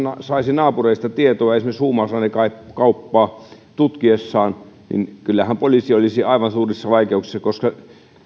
saisi naapureilta tietoa esimerkiksi huumausainekauppaa tutkiessaan niin kyllähän poliisi olisi aivan suurissa vaikeuksissa koska